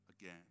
again